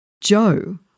Joe